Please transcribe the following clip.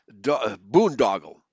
boondoggle